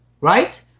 right